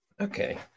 Okay